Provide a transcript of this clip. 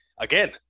again